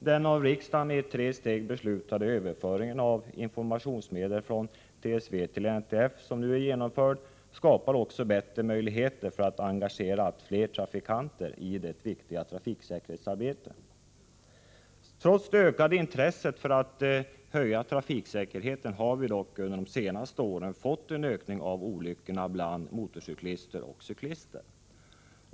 Den av riksdagen i tre steg beslutade överföringen av informationsmedel från TSV till NTF, som nu är genomförd, skapar bättre möjligheter för att engagera allt fler trafikanter i det viktiga trafiksäkerhetsarbetet. Trots det ökade intresset för att höja trafiksäkerheten har vi under de senaste åren fått en ökning av olyckorna bland motorcyklister och cyklister.